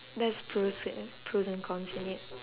that's pros eh pros and cons anyway